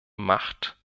macht